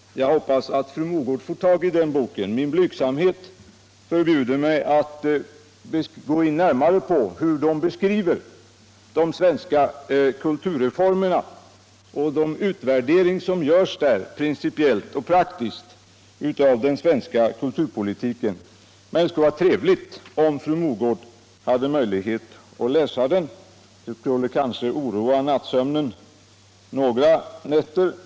Jag hoppas att fru Mogård får tag på den boken. Min blygsamhet förbjuder mig att gå in närmare på bokens beskrivning av de svenska kulturreformerna och utvärdering av, principiellt och praktiskt, den svenska kulturkritiken. Men det skulle vara trevligt om fru Mogård hade möjlighet att läsa boken. Det skulle kanske oroa nattsömnen under en tid.